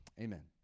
Amen